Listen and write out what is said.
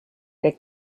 der